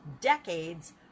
decades